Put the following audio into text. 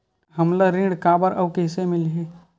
हमला ऋण काबर अउ कइसे मिलही?